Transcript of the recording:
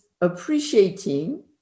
appreciating